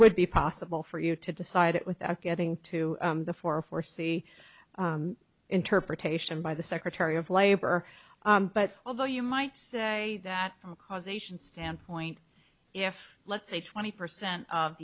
would be possible for you to decide without getting to the four foresee interpretation by the secretary of labor but although you might say that causation standpoint if let's say twenty percent of